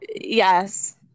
Yes